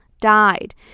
died